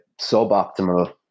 suboptimal